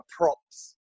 props